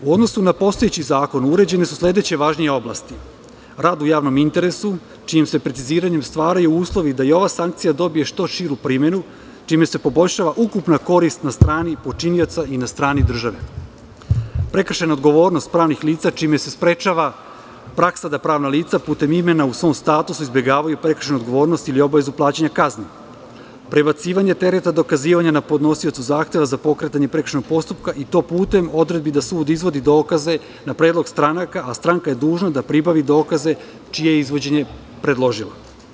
U odnosu na postojeći zakon uređene su sledeće važnije oblasti: rad u javnom interesu, čijim se preciziranjem stvaraju uslovi da i ova sankcija dobije što širu primenu, čime se poboljšava ukupna korist na strani počinioca i na strani države; prekršajna odgovornost pravnih lica, čime se sprečava praksa da pravna lica putem imena u svom statusu izbegavaju prekršajnu odgovornost ili obavezu plaćanja kazni; prebacivanje tereta dokazivanja na podnosioca zahteva za pokretanje prekršajnog postupka i to putem odredbi da sud izvodi dokaze na predlog stranaka, a stranka je dužna da pribavi dokaze čije je izvođenje predložila.